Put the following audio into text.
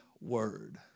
word